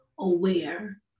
aware